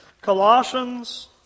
Colossians